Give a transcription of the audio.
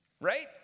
Right